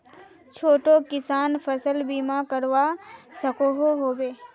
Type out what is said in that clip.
छोटो किसान फसल बीमा करवा सकोहो होबे?